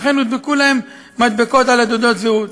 לכן הודבקו להם מדבקות על תעודת הזהות.